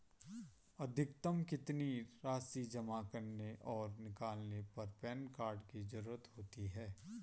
अधिकतम कितनी राशि जमा करने और निकालने पर पैन कार्ड की ज़रूरत होती है?